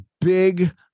big